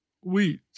Wheat